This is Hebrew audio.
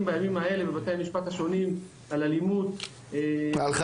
בימים האלה בבתי המשפט השונים על אלימות --- היה לך